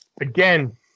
Again